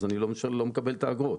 אז אני לא מקבל את האגרות.